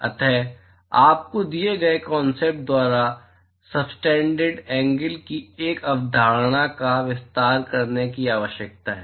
अतः आपको दिए गए कॉनसेप्ट द्वारा सबटेन्डेड एंगल की इस अवधारणा का विस्तार करने की आवश्यकता है